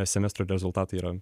semestro rezultatai yra